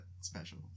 Special